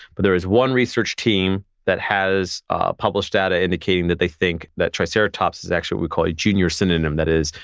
but there is one research team that has ah published data indicating that they think that triceratops is actually what we call a junior synonym. that is,